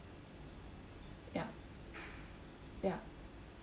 ya ya